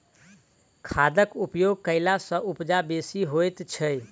खादक उपयोग कयला सॅ उपजा बेसी होइत छै